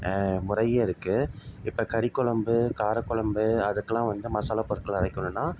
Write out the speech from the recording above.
முறையே இருக்குது இப்போ கறிக்கொழம்பு காரக்கொழம்பு அதுக்கெல்லாம் வந்து மசாலா பொருட்கள் அரைக்கணுன்னால்